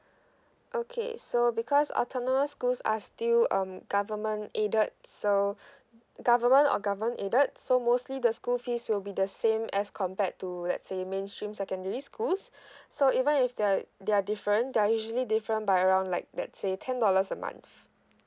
okay so because autonomous schools are still um government aided so government or government aided so mostly the school fees will be the same as compared to let's say mainstream secondary schools so even if they're they're different they're usually different by around like let's say ten dollars a month